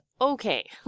okay